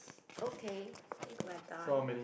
okay think we are done